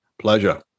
Pleasure